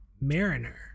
Mariner